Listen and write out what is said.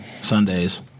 sundays